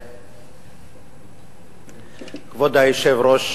כבוד היושב-ראש,